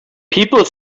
people